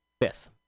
Fifth